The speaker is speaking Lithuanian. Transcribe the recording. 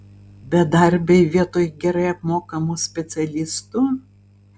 bedarbiai vietoj gerai apmokamų specialistų